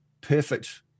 perfect